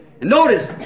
Notice